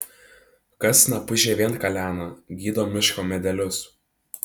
kas snapu žievėn kalena gydo miško medelius